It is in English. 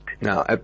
Now